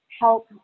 help